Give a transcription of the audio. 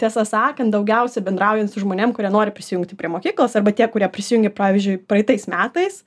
tiesą sakant daugiausia bendraujant žmonėm kurie nori prisijungti prie mokyklos arba tie kurie prisijungė pavyzdžiui praeitais metais